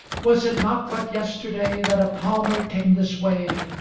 was it not but yesterday that a palmer came this way,